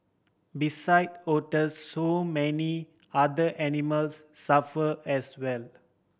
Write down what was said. beside otters so many other animals suffer as well